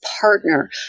partner